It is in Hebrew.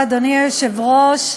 אדוני היושב-ראש,